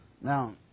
Now